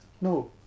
No